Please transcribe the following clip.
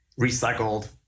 recycled